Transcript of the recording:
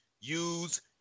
use